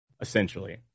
essentially